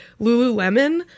lululemon